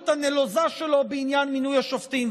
הנלוזה שלו בעניין מינוי השופטים.